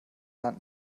land